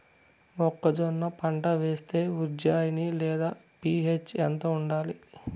మొక్కజొన్న పంట వేస్తే ఉజ్జయని లేదా పి.హెచ్ ఎంత ఉండాలి?